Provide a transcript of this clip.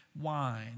wine